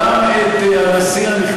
גם את מוסד הנשיאות,